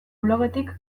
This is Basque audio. blogetik